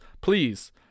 please